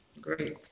great